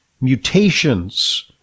mutations